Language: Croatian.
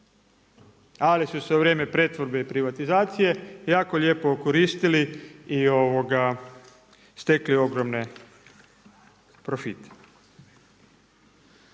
Ali su se u vrijeme pretvorbe i privatizacije jako lijepo okoristili i stekli ogromne profite.